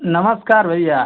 नमस्कार भइया